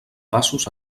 passos